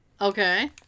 Okay